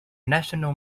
national